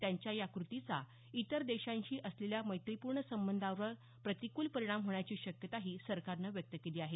त्यांच्या या क्रतीचा इतर देशांशी असलेल्या मैत्रीपूर्ण संबंधांवर प्रतिकूल परिणाम होण्याची शक्यताही सरकारनं व्यक्त केली आहे